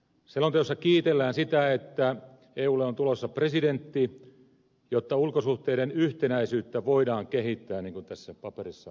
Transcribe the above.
selonteossa kiitellään sitä että eulle on tulossa presidentti jotta ulkosuhteiden yhtenäisyyttä voidaan kehittää niin kuin tässä paperissa sanotaan